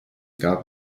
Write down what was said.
gab